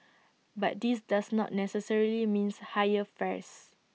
but this does not necessarily mean higher fares